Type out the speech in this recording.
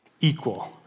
equal